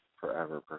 forever